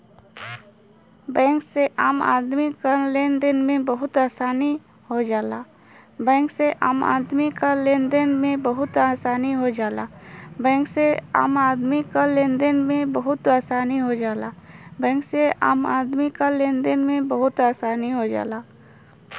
bank से आम आदमी क लेन देन में बहुत आसानी हो जाला